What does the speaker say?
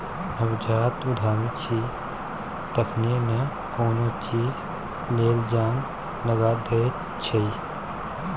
नवजात उद्यमी छी तखने न कोनो चीज लेल जान लगा दैत छी